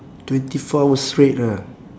twenty four hour straight ah